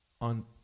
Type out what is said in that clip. on